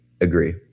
agree